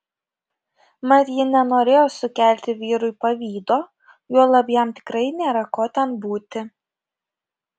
mat ji nenorėjo sukelti vyrui pavydo juolab jam tikrai nėra ko ten būti